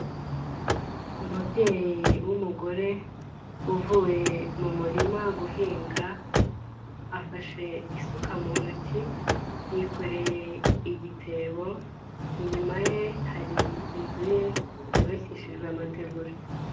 Umubyeyi w'umugore uvuye mu murima guhinga afashe isuka mu ntoki yikoreye igitebo, inyuma ye hari inzu yubakishijwe amategura.